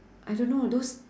I don't know those